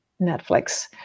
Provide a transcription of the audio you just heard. Netflix